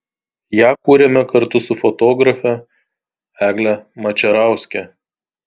ją kūrėme kartu su fotografe egle mačerauske